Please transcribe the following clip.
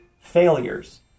failures